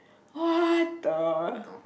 what the